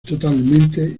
totalmente